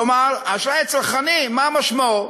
כלומר, האשראי הצרכני, מה משמעו?